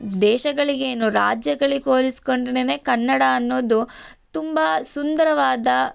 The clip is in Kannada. ದೇಶಗಳಿಗೆ ಏನು ರಾಜ್ಯಗಳಿಗೆ ಹೋಲಿಸ್ಕೊಂಡ್ರೆನೆ ಕನ್ನಡ ಅನ್ನೋದು ತುಂಬ ಸುಂದರವಾದ